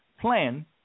plan